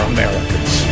Americans